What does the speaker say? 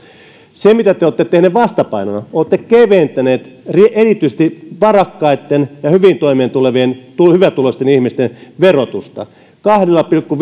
mitä te te olette tehneet vastapainona te olette keventäneet erityisesti varakkaitten ja hyvin toimeentulevien hyvätuloisten ihmisten verotusta kahdella pilkku